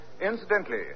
Incidentally